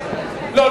לא,